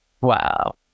Wow